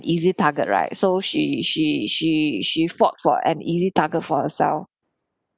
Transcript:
easy target right so she she she she fought for an easy target for herself